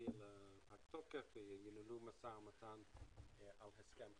הגיע לפג תוקף וניהלו משא ומתן על הסכם חדש.